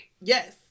Yes